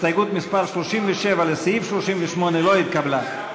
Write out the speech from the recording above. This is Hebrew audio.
הסתייגות מס' 37 לסעיף 38 לא נתקבלה.